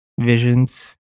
visions